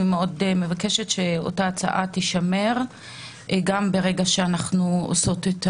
אני מאוד מבקשת שאותה הצעה תישמר גם ברגע שאנחנו עושות את